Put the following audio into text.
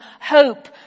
hope